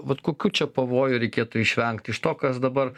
vat kokių čia pavojų reikėtų išvengt iš to kas dabar